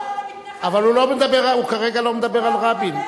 אבל הוא כרגע לא מדבר על רבין.